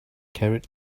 carried